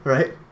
Right